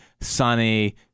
sunny